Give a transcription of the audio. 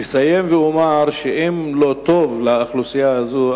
אסיים ואומר שאם לא טוב לאוכלוסייה הזו,